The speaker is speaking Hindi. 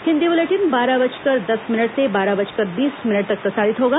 हिन्दी बुलेटिन बारह बजकर दस मिनट से बारह बजकर बीस मिनट तक प्रसारित होगा